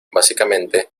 básicamente